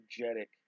energetic